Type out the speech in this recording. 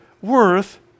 worth